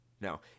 No